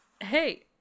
hey